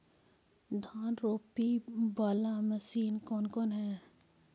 धान रोपी बाला मशिन कौन कौन है?